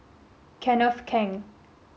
Kenneth Keng